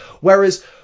Whereas